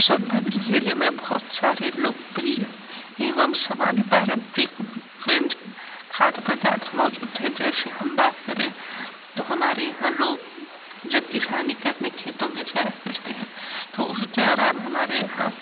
सोनभद्र जिले में बहुत सारे लोकप्रिय एवं सामान्य पारंप्रिक व्यंजन खाद्य पदार्थ मौजूद हैं जैसे हम बात करें तो हमारे यहाँ लोग जब किसानी करने खेतों में जाया करते हैं तो उस दौरान हमारे यहाँ